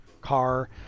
car